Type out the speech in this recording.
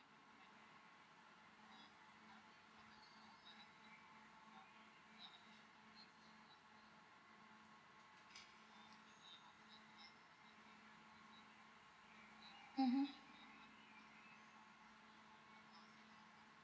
mmhmm